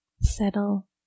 Settle